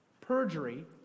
Perjury